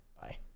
Bye